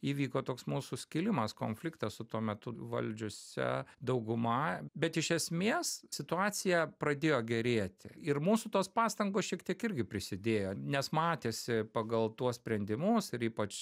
įvyko toks mūsų skilimas konfliktas su tuo metu valdžiusia dauguma bet iš esmės situacija pradėjo gerėt ir mūsų tos pastangos šiek tiek irgi prisidėjo nes matėsi pagal tuos sprendimus ir ypač